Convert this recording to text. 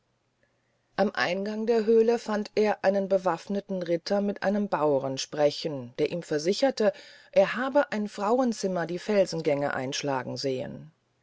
am eingang der höle fand er einen bewafneten ritter mit einem bauren sprechend der ihm versicherte er habe ein frauenzimmer die felsengänge einschlagen sehn